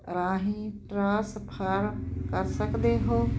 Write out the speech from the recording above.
ਰਾਹੀਂ ਟ੍ਰਾਂਸਫਰ ਕਰ ਸਕਦੇ ਹੋ